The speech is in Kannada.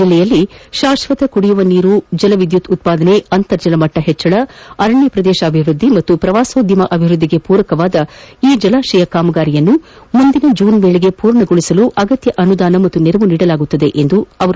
ಜಿಲ್ಲೆಯಲ್ಲಿ ಶಾಶ್ವತೆ ಕುಡಿಯುವ ನೀರು ಜಲ ವಿದ್ಯುತ್ ಉತ್ಪಾದನೆ ಅಂತರ್ಜಲ ಮಟ್ಲ ಹೆಚ್ಚಳ ಅರಣ್ಯ ಪ್ರದೇಶದ ಅಭಿವ್ನದ್ದಿ ಹಾಗೂ ಪ್ರವಾಸೋದ್ಯಮ ಅಭಿವೃದ್ದಿಗೆ ಪೂರಕವಾದ ಈ ಜಲಾಶಯ ಕಾಮಗಾರಿಯನ್ನು ಮುಂದಿನ ಜೂನ್ ವೇಳೆಗೆ ಪೂರ್ಣಗೊಳಿಸಲು ಅಗತ್ಯ ಅನುದಾನ ಮತ್ತು ನೆರವು ನೀಡಲಾಗುವುದು ಎಂದರು